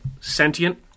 sentient